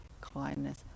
kindness